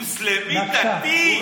דתי, מוסלמי דתי.